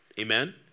amen